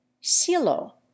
Silo